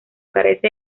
carece